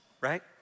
right